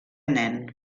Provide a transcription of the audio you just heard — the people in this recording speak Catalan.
nen